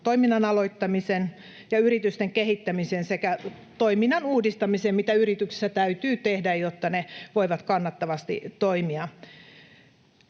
toiminnan aloittamisen ja yritysten kehittämisen sekä toiminnan uudistamisen, mitä yrityksissä täytyy tehdä, jotta ne voivat kannattavasti toimia.